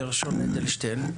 גרשון אדלשטיין.